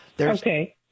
Okay